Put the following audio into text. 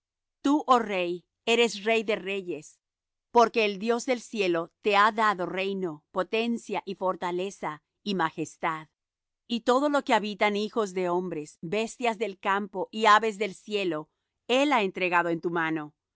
tú oh rey eres rey de reyes porque el dios del cielo te ha dado reino potencia y fortaleza y majestad y todo lo que habitan hijos de hombres bestias del campo y aves del cielo él ha entregado en tu mano